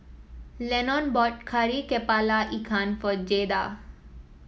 Lennon bought Kari kepala Ikan for Jaeda